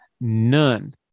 none